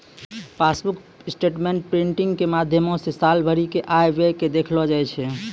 passbook statement printing के माध्यमो से साल भरि के आय व्यय के देखलो जाय छै